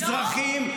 מזרחים,